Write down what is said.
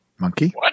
Monkey